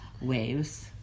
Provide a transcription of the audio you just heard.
waves